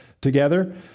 together